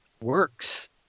works